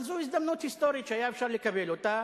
אבל זו הזדמנות היסטורית שהיה אפשר לקבל אותה,